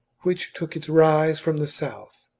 which took its rise from the south.